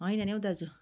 होइन नि हौ दाजु